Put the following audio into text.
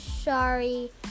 sorry